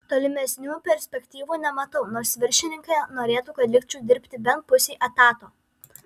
tolimesnių perspektyvų nematau nors viršininkė norėtų kad likčiau dirbti bent pusei etato